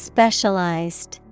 Specialized